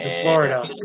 Florida